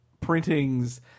printings